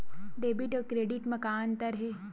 Debit अउ credit म का अंतर हे?